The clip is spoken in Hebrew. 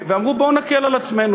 ואמרו: בואו נקל על עצמנו.